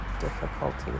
difficulties